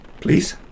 Please